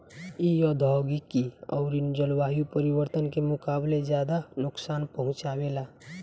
इ औधोगिक अउरी जलवायु परिवर्तन के मुकाबले ज्यादा नुकसान पहुँचावे ला